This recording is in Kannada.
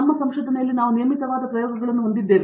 ನಮ್ಮ ಸಂಶೋಧನೆಯಲ್ಲಿ ನಾವು ನಿಯಮಿತವಾದ ಪ್ರಯೋಗಗಳನ್ನು ಹೊಂದಿದ್ದೇವೆ